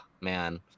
man